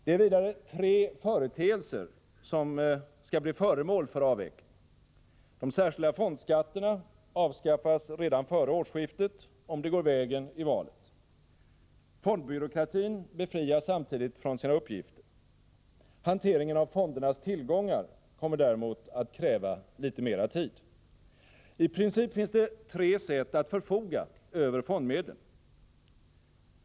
Det är vidare tre företeelser som skall bli föremål för avveckling. De särskilda fondskatterna avskaffas redan före årsskiftet, om det går vägen i valet. Fondbyråkratin befrias samtidigt från sina uppgifter. Hanteringen av fondernas tillgångar kommer däremot att kräva litet mera tid. I princip finns det tre sätt att förfoga över fondmedlen.